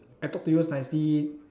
I talk to you nicely